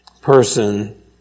person